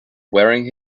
wearing